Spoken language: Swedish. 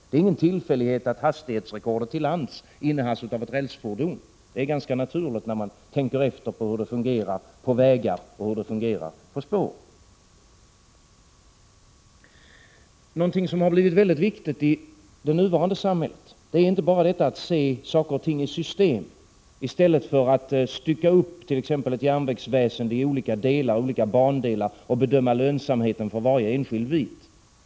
Det är ingen tillfällighet att hastighetsrekordet till lands innehas av ett rälsfordon. Det är ganska naturligt när man tänker efter hur det fungerar på vägar och hur det fungerar på spår. Någonting som har blivit mycket viktigt i det nuvarande samhället är inte bara att se saker och ting i system i stället för att stycka upp t.ex. ett järnvägsväsen i olika bandelar och bedöma lönsamheten för varje enskild bit.